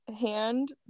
hand